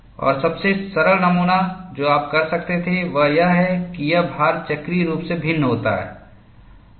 और सबसे सरल नमूना जो आप कर सकते थे वह यह है कि यह भार चक्रीय रूप से भिन्न होता है